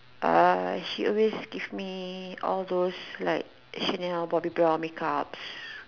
uh she always give me all those like Chanel Bobby brown make ups